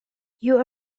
you